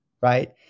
right